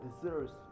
deserves